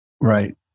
Right